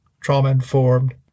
trauma-informed